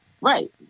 right